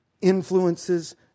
influences